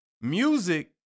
Music